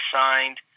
signed